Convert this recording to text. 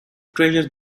treasure